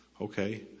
Okay